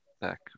Back